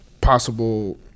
possible